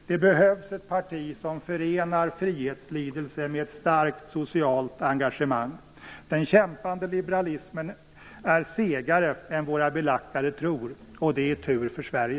Det behövs ett parti som förenar frihetslidelse med ett starkt socialt engagemang. Den kämpande liberalismen är segare än våra belackare tror. Och det är tur för Sverige!